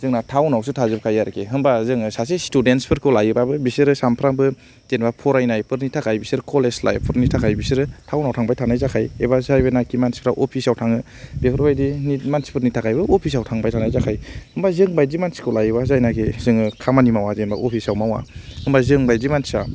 जोंना थाउनावसो थाजोबखायो आरोखि होम्बा जोङो सासे स्टुदेन्सफोरखौ लायोबाबो बिसोरो सानफ्रामबो जेनबा फरायनायफोरनि थाखाय बिसोर कलेज लाइफफोरनि थाखाय बिसोर टाउनाव थांबाय थाखानाय जाखायो एबा जाय बेनाखि मानसिफोरा अफिसाव थाङो बेफोरबायदिनि मानसिफोरनि थाखायबो अफिसाव थांबाय थाखानाय जाखायो होम्बा जों बायदि मानसिखौ लायोबा जायनाकि जोङो खामानि मावा जेनबा अफिसाव मावा होम्बा जों बायदि मानसिआ